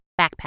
backpack